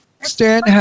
stan